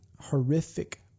horrific